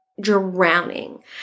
drowning